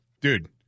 dude